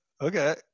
okay